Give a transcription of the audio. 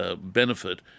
benefit